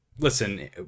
Listen